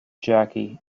jackie